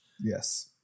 yes